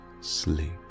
sleep